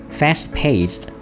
fast-paced